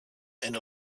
and